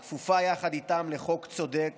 הכפופה יחד איתם לחוק צודק